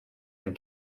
ein